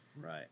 Right